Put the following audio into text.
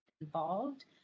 involved